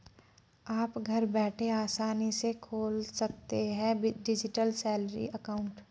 आप घर बैठे आसानी से खोल सकते हैं डिजिटल सैलरी अकाउंट